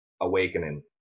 awakening